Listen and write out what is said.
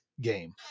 game